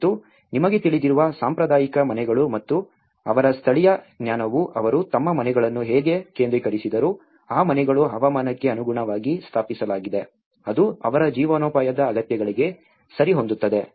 ಮತ್ತು ನಿಮಗೆ ತಿಳಿದಿರುವ ಸಾಂಪ್ರದಾಯಿಕ ಮನೆಗಳು ಮತ್ತು ಅವರ ಸ್ಥಳೀಯ ಜ್ಞಾನವು ಅವರು ತಮ್ಮ ಮನೆಗಳನ್ನು ಹೇಗೆ ಕೇಂದ್ರೀಕರಿಸಿದರು ಆ ಮನೆಗಳು ಹವಾಮಾನಕ್ಕೆ ಅನುಗುಣವಾಗಿ ಸ್ಥಾಪಿಸಲಾಗಿದೆ ಅದು ಅವರ ಜೀವನೋಪಾಯದ ಅಗತ್ಯಗಳಿಗೆ ಸರಿಹೊಂದುತ್ತದೆ